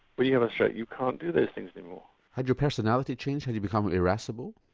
when you have a stroke you can't do those things anymore. had your personality changed, had you become irascible?